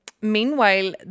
meanwhile